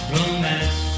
romance